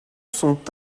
sont